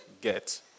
get